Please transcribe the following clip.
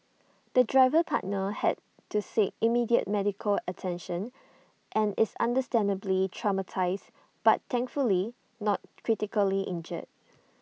the driver partner had to seek immediate medical attention and is understandably traumatised but thankfully not critically injured